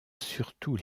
surtout